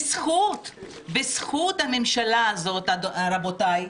בזכות הממשלה הזאת, רבותיי,